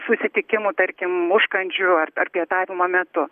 susitikimų tarkim užkandžių ar ar pietavimo metu